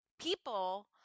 people